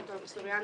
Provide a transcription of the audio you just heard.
סלימאן,